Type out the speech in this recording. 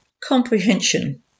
Comprehension